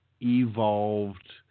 evolved